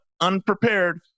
unprepared